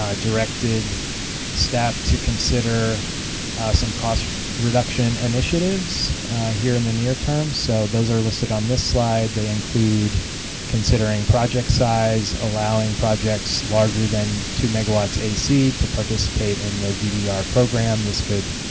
directed staff to consider some cost reduction initiatives here in the near term, so those are listed on this slide, they include considering project size, allowing projects larger than two megawatts ac to participate in the vdr program, this could